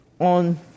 on